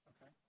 Okay